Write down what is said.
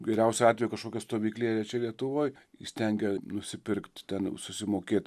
geriausiu atveju kažkokia stovyklėlė čia lietuvoj įstengia nusipirkt ten susimokėt